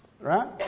Right